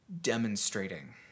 demonstrating